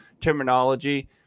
terminology